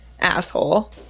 asshole